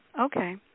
okay